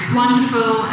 wonderful